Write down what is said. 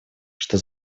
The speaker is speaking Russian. что